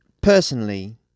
personally